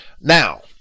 now